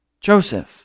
Joseph